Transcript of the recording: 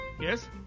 Yes